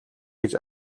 гэж